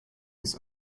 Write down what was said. des